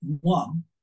One